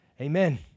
Amen